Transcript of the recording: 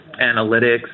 analytics